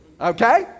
Okay